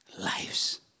lives